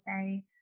say